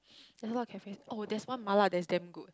there's a lot of cafes oh that's one mala there's damn good